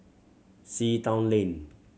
Sea Town Lane